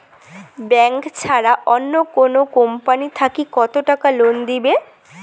Bank ছাড়া অন্য কোনো কোম্পানি থাকি কত টাকা লোন দিবে?